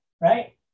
right